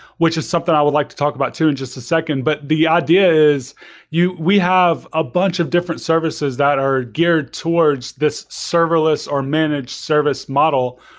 which is something i would like to talk about too in just a second. but the idea is we have a bunch of different services that are geared towards this serverless, or managed service model,